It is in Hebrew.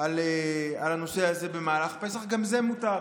על הנושא הזה במהלך הפסח, וגם זה מותר?